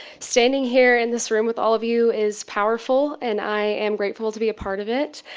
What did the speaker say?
standing here in this room with all of you is powerful and i am grateful to be a part of it.